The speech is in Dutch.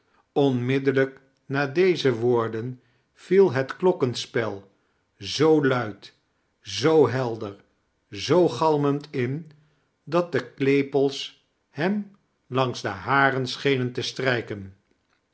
onmiddellijk na deze woorden viel het klokkenspel zoo luid zoo helder zoo galmend in dat de klepels hem langs de haren schenen te strijken